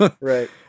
Right